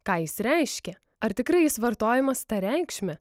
ką jis reiškia ar tikrai jis vartojamas ta reikšme